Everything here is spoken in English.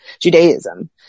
Judaism